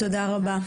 תודה רבה.